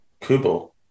Kubo